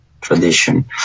tradition